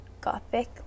Gothic